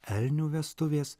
elnių vestuvės